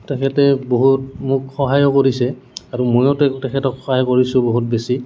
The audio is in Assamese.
তেখেতে বহুত মোক সহায়ো কৰিছে আৰু ময়ো তেখেতক সহায় কৰিছোঁ বহুত বেছি